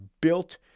built